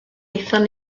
aethon